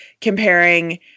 comparing